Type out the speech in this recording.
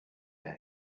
ear